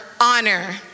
honor